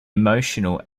emotional